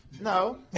No